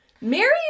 Mary